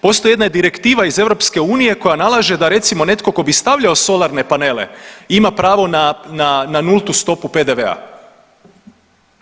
Postoji jedna direktiva iz EU koja nalaže da recimo netko tko bi stavljao solarne panele ima pravo na nultu stopu PDV-a.